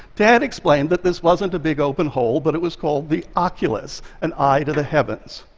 dad explained that this wasn't a big open hole, but it was called the oculus, an eye to the heavens.